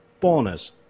boners